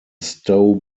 stowe